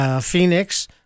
Phoenix